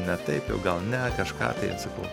ne taip jau gal ne kažką tai sakau